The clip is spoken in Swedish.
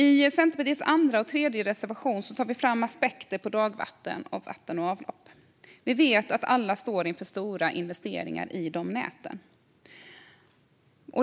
I Centerpartiets andra och tredje reservation tar vi fram aspekter på dagvatten och vatten och avlopp. Vi vet alla att vi står inför stora investeringar i de näten.